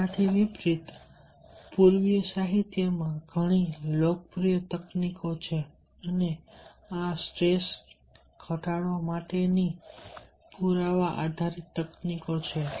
આનાથી વિપરીત પૂર્વીય સાહિત્યમાં ઘણી લોકપ્રિય તકનીકો છે અને આ સ્ટ્રેસ ઘટાડવા માટેની પુરાવા આધારિત તકનીકો છે